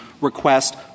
request